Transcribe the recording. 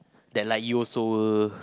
don't like you also